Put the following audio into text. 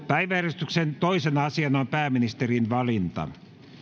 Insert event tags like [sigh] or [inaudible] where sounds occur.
[unintelligible] päiväjärjestyksen toisena asiana on pääministerin valinta